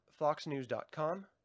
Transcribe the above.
foxnews.com